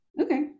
okay